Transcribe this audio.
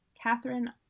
Catherine